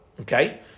Okay